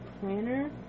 planner